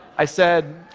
i said,